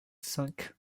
cinq